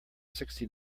sixty